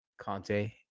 Conte